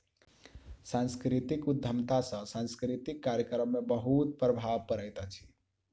सांस्कृतिक उद्यमिता सॅ सांस्कृतिक कार्यक्रम में बहुत प्रभाव पड़ैत अछि